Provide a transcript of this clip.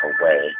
away